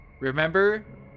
Remember